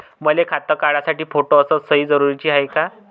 मले खातं काढासाठी फोटो अस सयी जरुरीची हाय का?